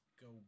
go